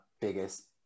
biggest